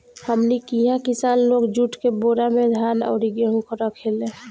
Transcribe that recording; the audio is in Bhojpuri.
हमनी किहा किसान लोग जुट के बोरा में धान अउरी गेहू रखेले